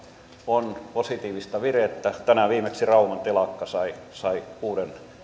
on positiivista virettä tänään viimeksi rauman telakka sai sai uuden